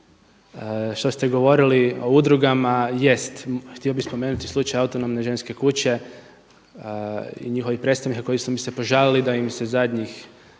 što ste govorili o udrugama. Jest htio bih spomenuti slučaj Autonomne ženske kuće i njihovih predstavnika koji su mi se požalili da im se zadnjih